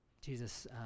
Jesus